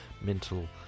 mental